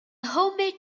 homemade